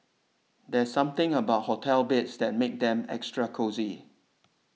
there are something about hotel beds that makes them extra cosy